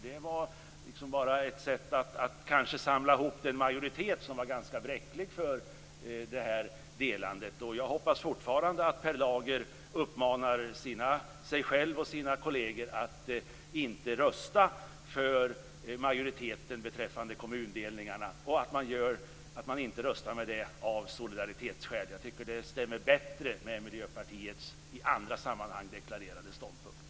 Det var kanske bara ett sätt att samla ihop en majoritet - om än ganska bräcklig - för detta delande. Jag hoppas fortfarande att Per Lager kommer att uppmana sig själv och sina kolleger att inte av solidaritetsskäl rösta för majoriteten beträffande kommundelningarna. Jag tycker att det stämmer bättre med Miljöpartiets i andra sammanhang deklarerade ståndpunkter.